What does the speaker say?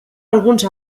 alguns